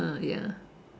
ah ya